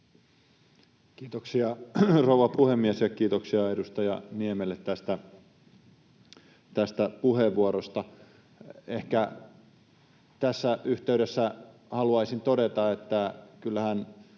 Kiitoksia, rouva puhemies! Ja kiitoksia edustaja Niemelle tästä puheenvuorosta. Ehkä tässä yhteydessä haluaisin todeta, että kyllähän